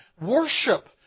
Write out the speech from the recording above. Worship